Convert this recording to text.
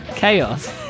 Chaos